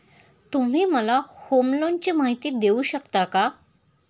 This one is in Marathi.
तुम्ही मला होम लोनची माहिती देऊ शकता का?